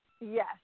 yes